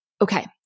okay